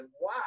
wow